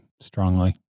strongly